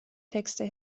texte